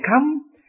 come